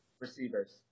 receivers